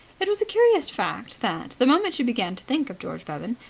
it was a curious fact that, the moment she began to think of george bevan,